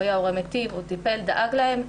הוא היה הורה מיטיב, הוא טיפל, דאג להם.